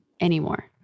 anymore